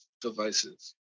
devices